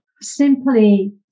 Simply